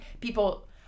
people